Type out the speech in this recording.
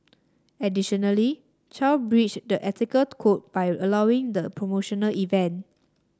additionally Chow breached the ethical code by allowing the promotional event